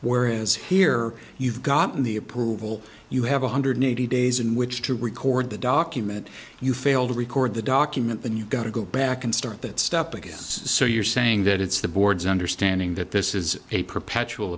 where is here you've gotten the approval you have one hundred eighty days in which to record the document you failed to record the document then you've got to go back and start that step again so you're saying that it's the board's understanding that this is a perpetual